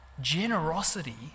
generosity